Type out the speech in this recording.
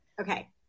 Okay